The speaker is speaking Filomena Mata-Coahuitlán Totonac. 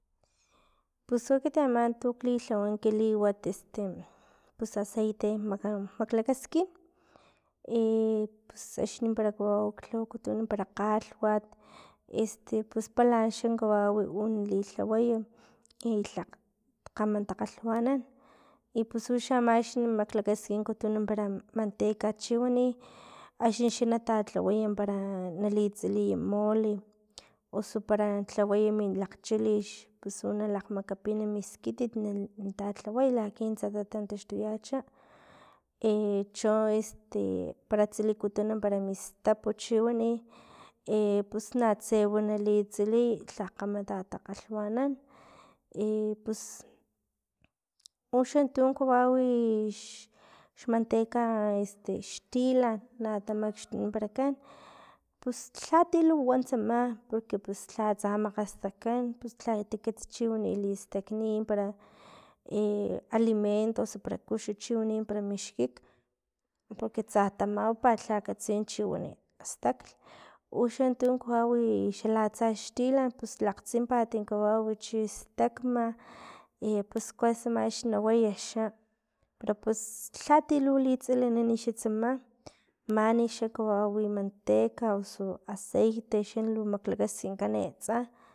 Pus u ekiti tuk lhawa ki liwat este pus aceite mak- maklakaskin i pus axni para kawau lhawakutun para kgalhwat este pala xa kawau u lilhaway i tlakg kgama takalhwanan i pus uxa ama tu maklakaskin para mnteca para chiwani axni xa na talhawaya para nalitsiliy mole, osu para lhawaya mi lakgchalix, pus u na makglakapina miskitit nanatalhawaya laki na tsata na taxtuyacha cho este para stilikutun para mistap chiwani, pus natse u nali tsiliy tlakg kgama na tatakgalhwanan, pus uxan tun kawawi x- xmanteca este xtilan na tamakxtuniparakan pus lhati luwa tsama porque pus lha atsa makgastajkan lhakatikats chiwani listakni nim para alimentos osu para kux chiwani para mixkik, porque tsa tamawapat lha katsiy chi wani stak uxan tun kawawi xalatsa xtilan pus lakgtsimpat kawawi chistakma, i pues kuesa kawawi max nawaya xa pero pus lhati lu litsilinan tsama mani xa kawawi manteca osu aceite xa lu maklakaskinkan e atsa.